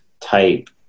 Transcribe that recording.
type